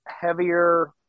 Heavier